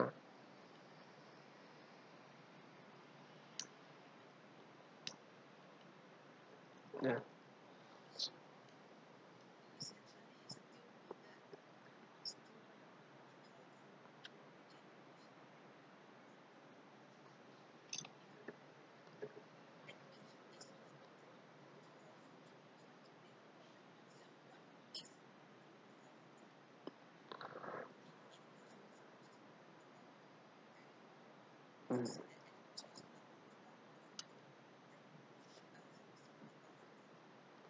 ya